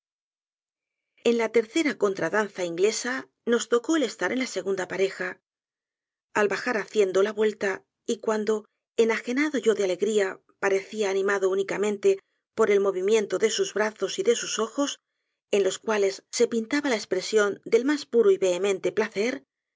en la tercera contradanza inglesa nos tocó el estar en la segunda pareja al bajar haciendo la vuelta y cuando enajenado yo de alegría parecía animado únicamente por el movimiento de sus brazos y de sus ojos en los cuar les se pintaba la espresion del mas puro y vehemente placer